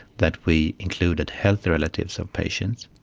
that we included healthy relatives of patients.